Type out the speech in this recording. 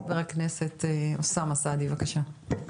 חבר הכנסת אוסאמה סעדי, בבקשה.